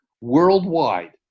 worldwide